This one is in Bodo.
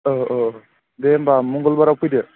औ औ दे होनबा मंगलबाराव फैदो